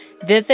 Visit